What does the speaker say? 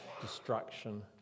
destruction